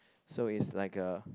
so is like a